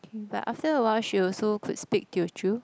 but after awhile she also could speak Teochew